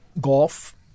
golf